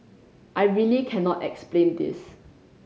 I really cannot explain this